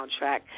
soundtrack